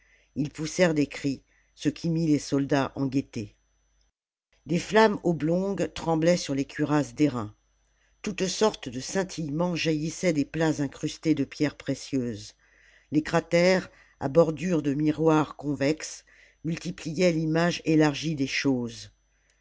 ils poussèrent des cris ce qui mit les soldats en gaieté des flammes oblongues tremblaient sur les cuirasses d'airain toutes sortes de scintihements jaihissaientdes plats incrustés de pierres précieuses les cratères à bordure de miroirs convexes multiphaient l'image élargie des choses